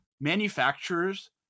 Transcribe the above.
manufacturers